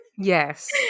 yes